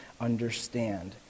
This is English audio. understand